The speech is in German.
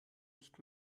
nicht